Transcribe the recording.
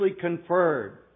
conferred